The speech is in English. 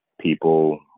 people